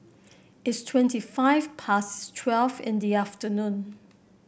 its twenty five past twelve in the afternoon